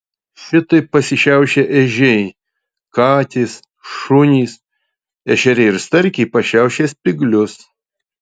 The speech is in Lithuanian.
šitaip pasišiaušia ežiai katės šunys ešeriai ir starkiai pašiaušia spyglius